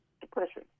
depression